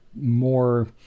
more